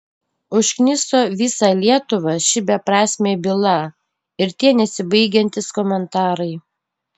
užkniso visą lietuvą ši beprasmė byla ir tie nesibaigiantys komentarai